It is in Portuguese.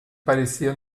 parecia